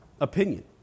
opinion